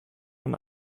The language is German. von